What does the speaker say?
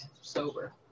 sober